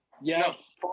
Yes